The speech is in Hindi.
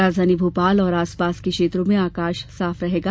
राजधानी भोपाल और आसपास के क्षेत्रों में आकाश साफ रहेगा